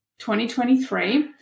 2023